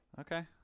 Okay